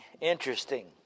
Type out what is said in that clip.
interesting